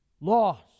lost